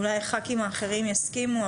אולי הח"כים האחרים יסכימו,